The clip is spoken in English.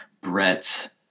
Brett